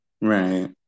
right